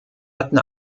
hätten